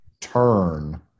turn